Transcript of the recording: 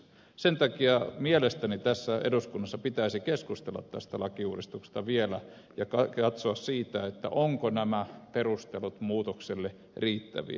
sen takia mielestäni tässä eduskunnassa pitäisi keskustella tästä lakiuudistuksesta vielä ja katsoa siitä ovatko nämä perustelut muutokselle riittäviä